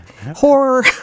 horror